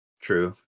True